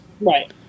Right